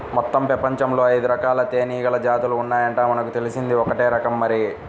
మొత్తం పెపంచంలో ఐదురకాల తేనీగల జాతులు ఉన్నాయంట, మనకు తెలిసింది ఒక్కటే రకం మరి